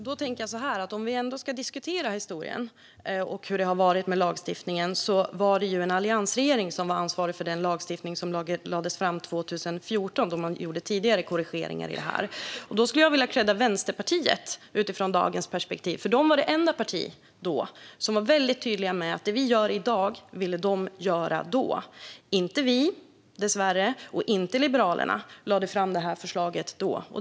Fru talman! Om vi ska diskutera historien och hur det har varit med lagstiftningen så var det en alliansregering som var ansvarig för den lagstiftning som lades fram 2014, då tidigare korrigeringar gjordes. Utifrån dagens perspektiv vill jag kredda Vänsterpartiet, som var det enda parti som då var väldigt tydligt med att man ville göra det som vi gör i dag. Det var inte vi, dessvärre, och inte Liberalerna som lade fram förslaget då.